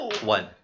One